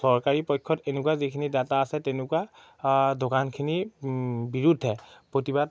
চৰকাৰী পক্ষত এনেকুৱা যিখিনি ডাটা আছে তেনেকুৱা দোকানখিনিৰ বিৰুদ্ধে প্ৰতিবাদ